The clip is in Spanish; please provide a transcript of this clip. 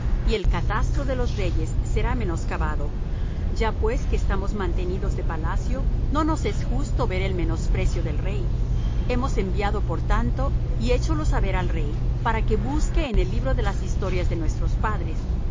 y el catastro de lo reyes será menoscabado ya pues que estamos mantenidos de palacio no nos es justo ver el menosprecio del rey hemos enviado por tanto y hécho lo saber al rey para que busque en el libro de las historias de nuestros padres